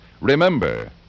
Remember